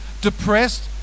depressed